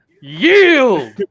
Yield